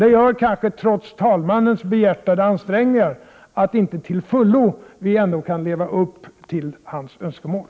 Detta gör kanske att vi, trots talmannens behjärtade ansträngningar, inte till fullo kan leva upp till talmannens önskemål.